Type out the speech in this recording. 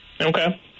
Okay